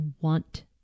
want